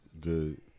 good